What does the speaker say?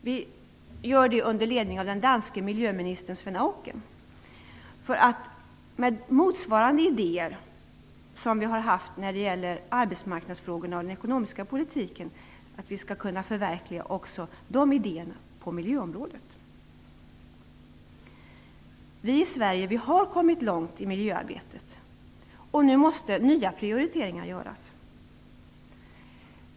Vi gör det under ledning av den danske miljöministern Svend Auken. Idéer motsvarande dem vi har haft när det gäller arbetsmarknadsfrågorna och den ekonomiska politiken vill vi kunna förverkliga också på miljöområdet. Vi i Sverige har kommit långt i miljöarbetet. Nu måste nya prioriteringar göras.